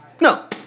no